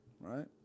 right